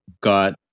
got